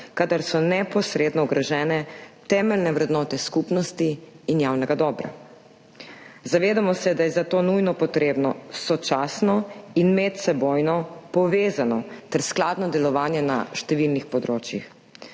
kadar so neposredno ogrožene temeljne vrednote skupnosti in javnega dobra. Zavedamo se, da je za to nujno potre7bno sočasno in medsebojno povezano ter skladno delovanje na številnih področjih.